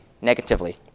negatively